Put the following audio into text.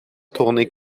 tourné